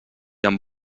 amb